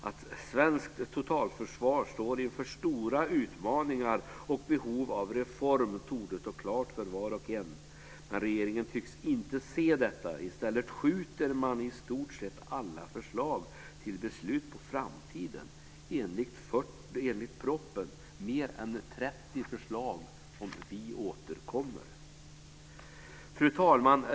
Att svenskt totalförsvar står inför stora utmaningar och behov av reform torde stå klart för var och en. Men regeringen tycks inte se detta. I stället skjuter man i stort sett alla förslag till beslut på framtiden - enligt propositionen mer än 30 förslag! Vi återkommer. Fru talman!